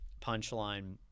punchline